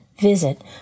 visit